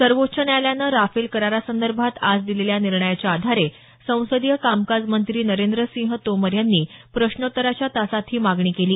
सर्वोच्च न्यायालयानं राफेल करारासंदर्भात आज दिलेल्या निर्णयाच्या आधारे संसदीय कामकाज मंत्री नरेंद्रसिंह तोमर यांनी प्रश्नोत्तराच्या तासात ही मागणी केली